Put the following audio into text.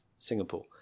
singapore